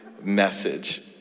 message